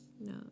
no